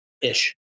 ish